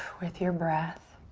with your breath.